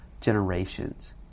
generations